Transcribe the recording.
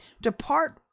depart